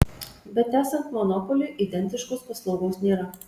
bet esant monopoliui identiškos paslaugos nėra